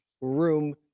room